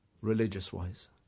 religious-wise